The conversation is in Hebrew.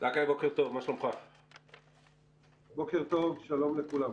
בוקר טוב, שלום לכולם.